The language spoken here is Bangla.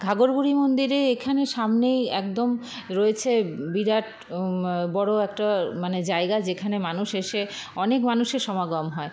ঘাঘরবুড়ি মন্দিরে এখানে সামনেই একদম রয়েছে বিরাট বড় একটা মানে জায়গা যেখানে মানুষ এসে অনেক মানুষের সমাগম হয়